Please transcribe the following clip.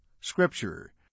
Scripture